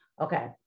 Okay